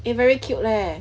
eh very cute leh